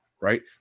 right